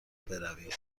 بروید